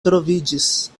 troviĝis